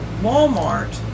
Walmart